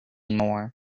more